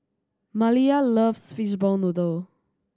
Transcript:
Maliyah loves fishball noodle